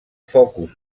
focus